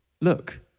look